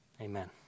Amen